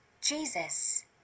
Jesus